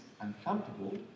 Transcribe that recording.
uncomfortable